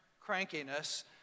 crankiness